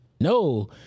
No